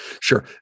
sure